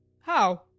How